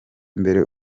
imbere